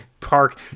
park